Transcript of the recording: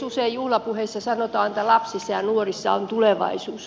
usein juhlapuheissa sanotaan että lapsissa ja nuorissa on tulevaisuus